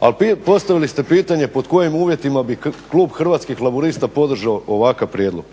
Ali postavili ste pitanje pod kojim uvjetima bi klub Hrvatskih laburista podržao ovakav prijedlog?